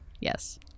Yes